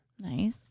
Nice